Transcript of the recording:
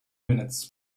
minutes